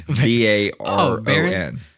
B-A-R-O-N